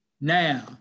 now